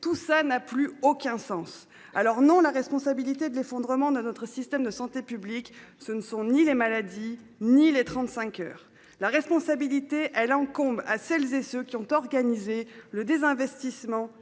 Tout ça n'a plus aucun sens. Alors non, la responsabilité de l'effondrement de notre système de santé publique. Ce ne sont ni les maladies ni les 35 heures la responsabilité elle encombre à celles et ceux qui ont organisé le désinvestissement